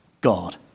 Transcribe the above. God